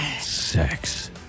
Sex